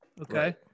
Okay